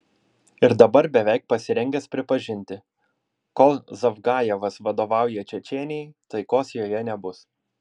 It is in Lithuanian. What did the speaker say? ir dabar beveik pasirengęs pripažinti kol zavgajevas vadovauja čečėnijai taikos joje nebus